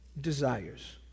desires